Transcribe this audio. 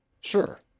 Sure